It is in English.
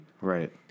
Right